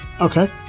okay